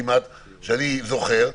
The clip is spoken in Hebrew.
ככל שאני זוכר,